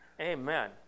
Amen